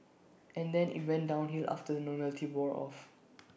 and then IT went downhill after the novelty wore off